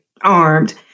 armed